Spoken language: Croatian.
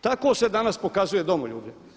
Tako se danas pokazuje domoljublje.